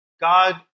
God